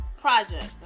project